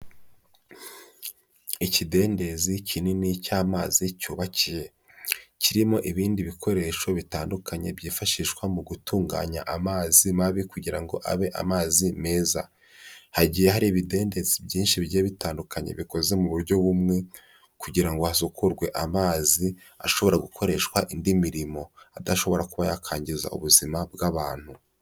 Ikidendezi kinini cy'amazi cyubakiye, kirimo ibindi bikoresho bitandukanye byifashishwa mu gutunganya amazi mabi kugira ngo abe amazi meza. Hagiye hari ibidendezi byinshi bigiye bitandukanye bikoze mu buryo bumwe kugira ngo hasukurwe amazi ashobora gukoreshwa indi mirimo. Adashobora kuba yakangiza ubuzima bw'abantu.